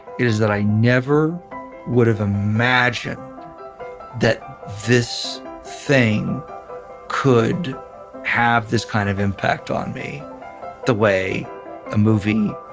is that i never would have imagined that this thing could have this kind of impact on me the way a movie,